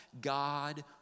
God